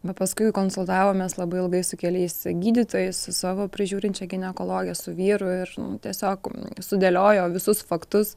va paskui konsultavomės labai ilgai su keliais gydytojais su savo prižiūrinčia ginekologe su vyru ir tiesiog sudėliojo visus faktus